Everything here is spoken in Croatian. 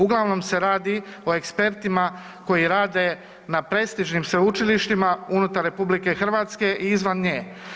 Uglavnom se radi o ekspertima koji rade na prestižnim sveučilištima unutar RH i izvan nje.